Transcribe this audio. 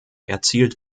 erzielt